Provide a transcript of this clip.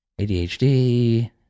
ADHD